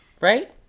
Right